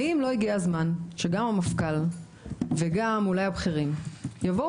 האם לא הגיע הזמן שגם המפכ"ל וגם אולי הבכירים יבואו